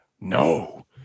No